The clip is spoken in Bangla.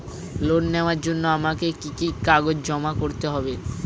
লোন নেওয়ার জন্য আমাকে কি কি কাগজ জমা করতে হবে?